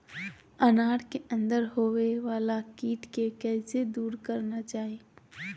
अनार के अंदर होवे वाला कीट के कैसे दूर करना है?